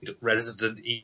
Resident